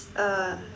uh